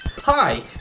Hi